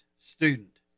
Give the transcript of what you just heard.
student